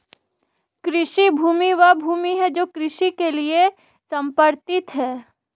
कृषि भूमि वह भूमि है जो कृषि के लिए समर्पित है